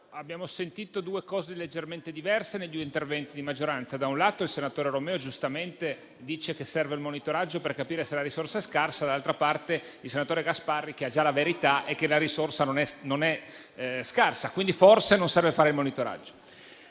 abbiamo sentito due cose leggermente diverse nei due interventi di maggioranza. Da un lato il senatore Romeo, giustamente, dice che serve il monitoraggio per capire se la risorsa è scarsa; dall'altra parte il senatore Gasparri, che ha già la verità, dice che la risorsa non è scarsa e che quindi forse non serve fare monitoraggio.